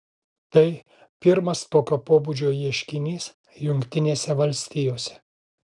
tai pirmas tokio pobūdžio ieškinys jungtinėse valstijose